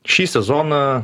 šį sezoną